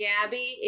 Gabby